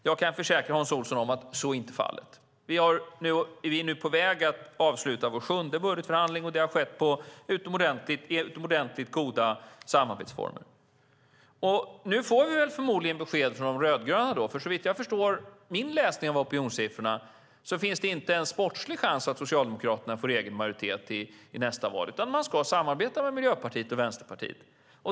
Jag kan försäkra Hans Olsson att så inte är fallet. Vi är nu på väg att avsluta vår sjunde budgetförhandling, och det har skett under utomordentligt goda samarbetsformer. Nu får vi väl förmodligen besked från de rödgröna, för såvitt jag förstår efter att ha läst opinionssiffrorna finns det inte en sportslig chans att Socialdemokraterna får egen majoritet i nästa val utan man ska samarbeta med Miljöpartiet och Vänsterpartiet.